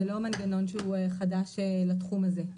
זה לא מנגנון שהוא חדש לתחום הזה.